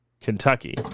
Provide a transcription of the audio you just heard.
Kentucky